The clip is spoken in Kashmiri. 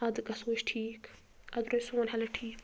اَدٕ گژھو أسۍ ٹھیٖک اَدٕ روزِ سون ہٮ۪لٕتھ ٹھیٖک